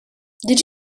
did